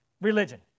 religion